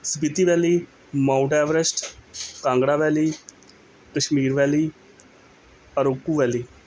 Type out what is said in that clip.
Spiti valley Mount Everest Kangra valley Kashmir valley Araku valley